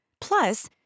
Plus